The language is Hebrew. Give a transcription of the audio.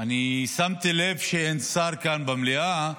אני שמתי לב שאין שר כאן במליאה.